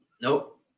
nope